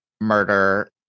murder